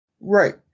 Right